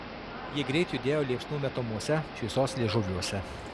jie greit judėjo liepsnų metamuose šviesos liežuviuose